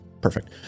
perfect